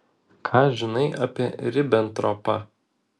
ką žinai apie ribentropą